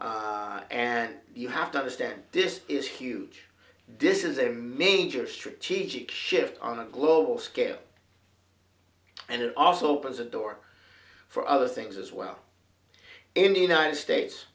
go and you have to understand this is huge this is a major strategic shift on a global scale and it also opens the door for other things as well in the united states